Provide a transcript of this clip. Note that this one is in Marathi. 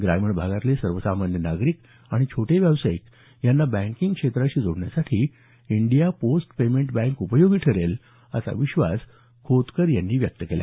ग्रामीण भागातले सर्वसामान्य नागरिक आणि छोटे व्यावसायिक यांना बँकींग क्षेत्राशी जोडण्यासाठी इंडिया पोस्ट पेमेंट बँक उपयोगी ठरेलं असा विश्वास खोतकर यांनी व्यक्त केला